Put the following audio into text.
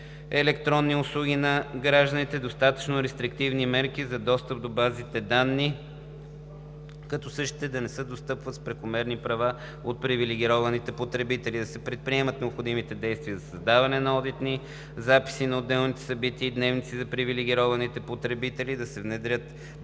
електронни услуги за гражданите, достатъчно рестриктивни мерки за достъп до базите данни, като същите да не се достъпват с прекомерни права от привилегированите потребители; да се предприемат необходимите действия за създаване на одитни записи на отделните събития и дневници за привилегированите потребители; да се внедри